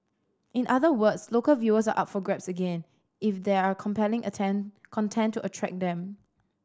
in other words local viewers are for grabs again if there are compelling attend content to attract them